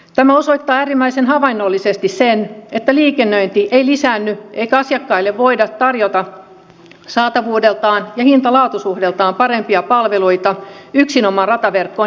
tämä osoittaa äärimmäisen havainnollisesti sen että liikennöinti ei lisäänny eikä asiakkaille voida tarjota saatavuudeltaan ja hintalaatu suhteeltaan parempia palveluita yksinomaan rataverkkoon investoimalla